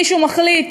מישהו מחליט,